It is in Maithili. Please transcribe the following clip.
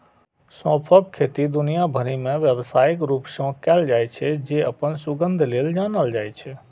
सौंंफक खेती दुनिया भरि मे व्यावसायिक रूप सं कैल जाइ छै, जे अपन सुगंध लेल जानल जाइ छै